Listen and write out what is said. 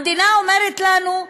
המדינה אומרת לנו: